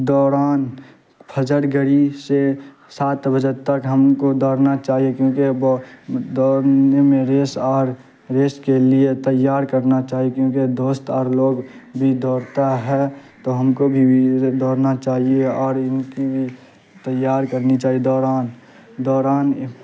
دورانِ فجر گھڑی چھ سات بجے تک ہم کو دوڑنا چاہیے کیونکہ بو دوڑنے میں ریس اور ریس کے لیے تیار کرنا چاہیے کیونکہ دوست اور لوگ بھی دوڑتا ہے تو ہم کو بھی دوڑنا چاہیے اور ان کی بھی تیار کرنی چاہیے دوران دوران